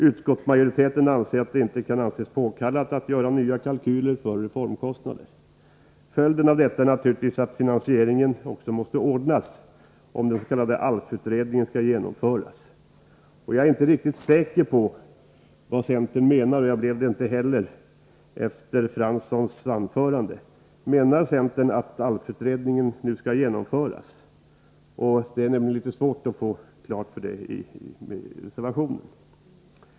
Utskottsmajoriteten har uppfattningen att det inte kan anses påkallat att göra nya kalkyler för reformkostnader. Följden av detta är naturligen att finansieringen måste ordnas om den s.k. ALF utredningen skall genomföras. Jag är inte riktigt säker på vad centern menar — och jag blev det inte heller efter Arne Franssons anförande. Menar centern att ALF-utredningen nu skall genomföras? Det är nämligen litet svårt att få någon klarhet i detta med utgångspunkt i reservationen 2.